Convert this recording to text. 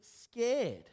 scared